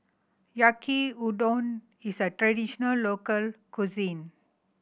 Yaki Udon is a traditional local cuisine